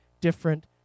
different